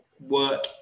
work